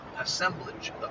assemblage